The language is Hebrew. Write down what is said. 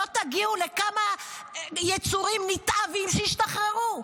לא תגיעו לכמה יצורים נתעבים שישתחררו?